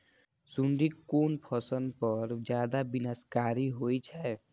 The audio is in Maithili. सुंडी कोन फसल पर ज्यादा विनाशकारी होई छै?